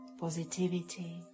Positivity